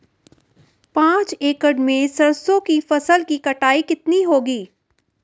पांच एकड़ में सरसों की फसल की कटाई कितनी होगी?